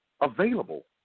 available